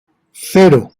cero